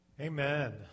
Amen